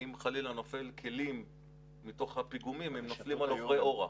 אם חלילה נופלים כלים מתוך הפיגומים הם נופלים על עוברי אורח.